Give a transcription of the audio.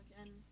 again